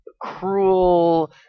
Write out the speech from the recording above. Cruel